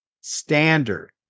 standard